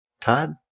Todd